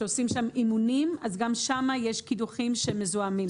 שעושים שם אימונים גם שם יש קידוחים שמזוהמים.